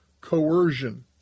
coercion